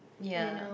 ya